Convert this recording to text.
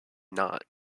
not